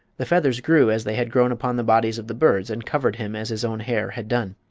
the feathers grew as they had grown upon the bodies of the birds and covered him as his own hair had done.